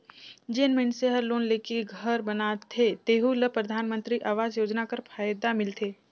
जेन मइनसे हर लोन लेके घर बनाथे तेहु ल परधानमंतरी आवास योजना कर फएदा मिलथे